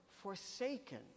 forsaken